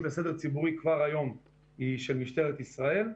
לסדר הציבורי היא של משטרת ישראל כבר היום.